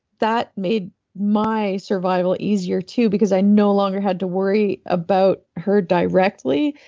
that made my survival easier too, because i no longer had to worry about her directly.